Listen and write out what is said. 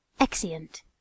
Exeunt